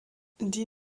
die